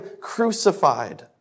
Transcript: crucified